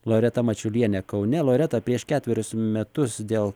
loreta mačiulienė kaune loreta prieš ketverius metus dėl